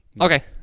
Okay